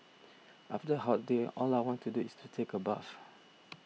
after a hot day all I want to do is to take a bath